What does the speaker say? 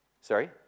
sorry